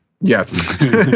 Yes